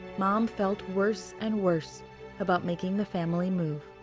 mom felt worse and worse about making the family move.